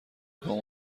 پام